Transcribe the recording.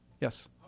Yes